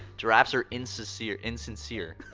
giraffes are in-sus-cere insin-cyr.